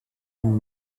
ihn